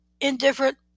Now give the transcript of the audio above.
indifferent